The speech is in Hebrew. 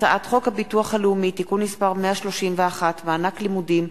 הצעת חוק הביטוח הלאומי (תיקון מס' 131) (מענק לימודים),